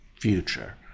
future